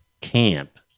camp